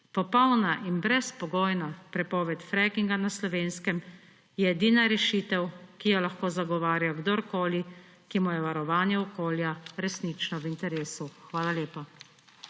Popolna in brezpogojna prepoved frackinga na Slovenskem je edina rešitev, ki jo lahko zagovarja kdorkoli, ki mu je varovanje okolja resnično v interesu. Hvala lepa.